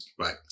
Right